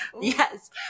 Yes